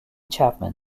chapman